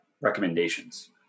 recommendations